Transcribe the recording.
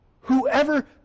Whoever